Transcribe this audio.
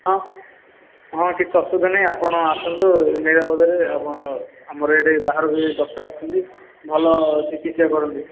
ହଁ ହଁ କିଛି ଆସୁବିଧା ନାହିଁ ଆପଣ ଆସନ୍ତୁ ନିରାପଦରେ ଆପଣ ଆମର ଏଇଠି ବାହାରୁ ବି ଡକ୍ଟର ଆସୁଛନ୍ତି ଭଲ ଚିକିତ୍ସା କରନ୍ତି